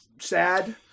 sad